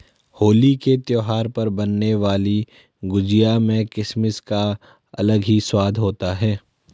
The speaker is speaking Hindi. होली के त्यौहार पर बनने वाली गुजिया में किसमिस का अलग ही स्वाद होता है